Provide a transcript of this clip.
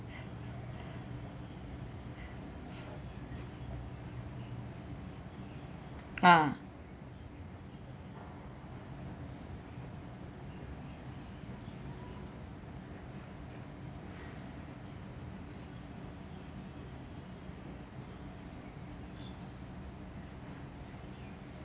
ah